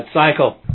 cycle